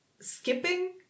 skipping